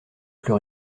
plus